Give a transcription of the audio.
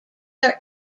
are